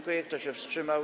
Kto się wstrzymał?